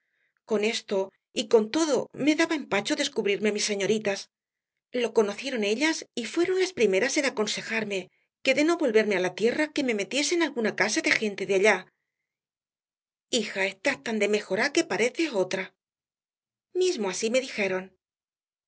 con esto y con todo me daba empacho descubrirme á mis señoritas lo conocieron ellas y fueron las primeras en aconsejarme que de no volverme á la tierra que me metiese en alguna casa de gente de allá hija estás tan desmejorá que pareces otra mismo así me dijeron